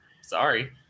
Sorry